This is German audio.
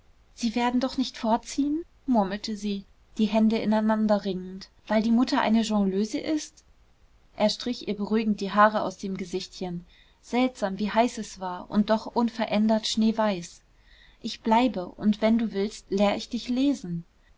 sie werden doch nicht fortziehen murmelte sie die hände ineinander ringend weil die mutter eine jongleuse ist er strich ihr beruhigend die haare aus dem gesichtchen seltsam wie heiß es war und doch unverändert schneeweiß ich bleibe und wenn du willst lehr ich dich lesen